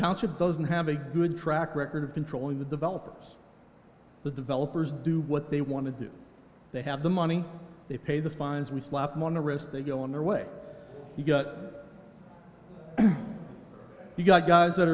township doesn't have a good track record of controlling the developers the developers do what they want to do they have the money they pay the fines we slap mourner wrist they go on their way you got the guys that